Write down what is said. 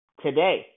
today